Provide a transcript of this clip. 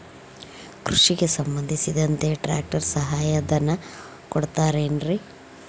ಕೃಷಿಗೆ ಸಂಬಂಧಿಸಿದಂತೆ ಟ್ರ್ಯಾಕ್ಟರ್ ಸಹಾಯಧನ ಕೊಡುತ್ತಾರೆ ಏನ್ರಿ?